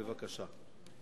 בבקשה.